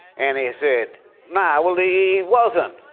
and he said no, well he wasn't.